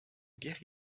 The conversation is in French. guerre